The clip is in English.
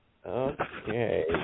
Okay